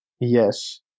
yes